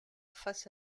face